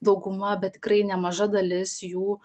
dauguma bet tikrai nemaža dalis jų